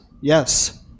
Yes